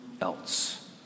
else